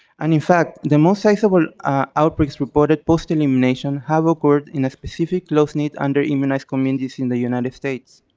and in fact the most sizeable outbreaks reported post-elimination have occurred in a specific close-knit underimmunized communities in the united states.